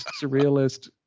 surrealist